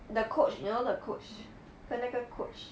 the coach you know the coach 跟那个 coach